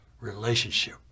relationship